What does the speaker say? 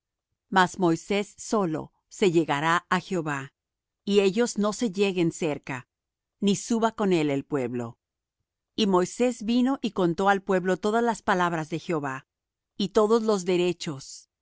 mas moisés sólo se llegará á jehová y ellos no se lleguen cerca ni suba con él el pueblo y moisés vino y contó al pueblo todas las palabras de jehová y todos los derechos